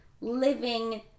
living